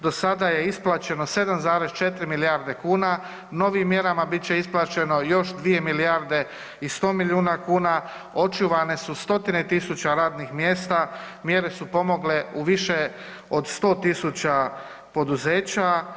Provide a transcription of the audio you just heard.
Do sada je isplaćeno 7,4 milijarde kuna, novim mjerama bit će isplaćeno još 2 milijarde i 100 miliona kuna očuvane su 100-tine tisuća radnih mjesta, mjere su pomogle u više od 100.000 poduzeća.